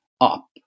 up